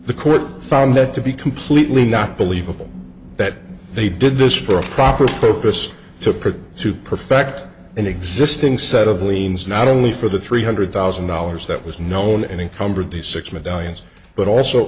the court found that to be completely not believable that they did this for a proper focus to produce to perfect an existing set of liens not only for the three hundred thousand dollars that was known and encumbered the six medallions but also